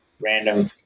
random